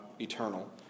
eternal